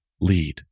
lead